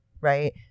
right